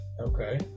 Okay